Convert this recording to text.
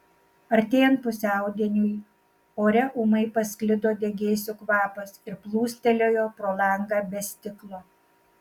artėjant pusiaudieniui ore ūmai pasklido degėsių kvapas ir plūstelėjo pro langą be stiklo